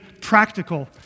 practical